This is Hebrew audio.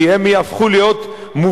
כי הם יהפכו להיות מובטלים.